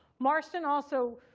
marston also